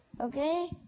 okay